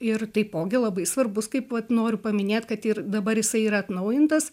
ir taipogi labai svarbus kaip vat noriu paminėt kad ir dabar jisai yra atnaujintas